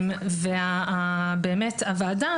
הוועדה,